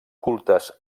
cultes